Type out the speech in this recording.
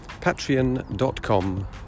patreon.com